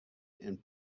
and